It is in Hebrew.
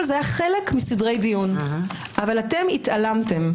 זה היה חלק מסדרי דיון אבל אתם התעלמתם,